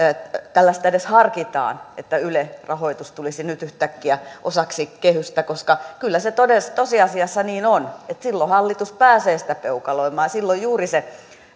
edes harkitaan että ylen rahoitus tulisi nyt yhtäkkiä osaksi kehystä koska kyllä se tosiasiassa niin on että silloin hallitus pääsee sitä peukaloimaan ja silloin juuri se